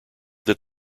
that